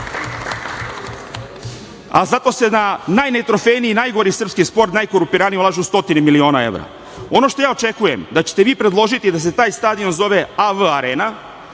sport. Zato se na najnetrofejniji, najgori srpski sport, najkorumpiraniji ulažu stotine miliona evra. Ono što ja očekujem da ćete vi predložiti da se taj stadion zove AV arena